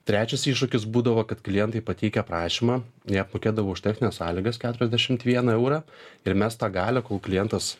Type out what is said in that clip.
trečias iššūkis būdavo kad klientai pateikę prašymą neapmokėdavo už technines sąlygas keturiasdešimt vieną eurą ir mes tą galią kol klientas